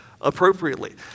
appropriately